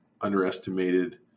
underestimated